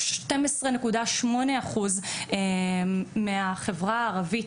אבל 12.8% מהחברה הערבית,